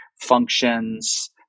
functions